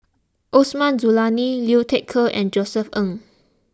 Osman Zailani Liu Thai Ker and Josef Ng